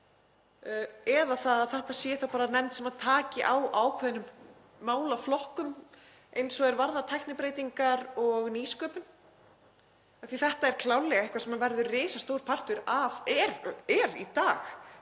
eða að þetta sé bara nefnd sem taki á ákveðnum málaflokkum eins og er varðar tæknibreytingar og nýsköpun? Þetta er klárlega eitthvað sem er í dag risastór partur af